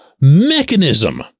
mechanism